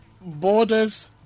borders